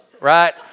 right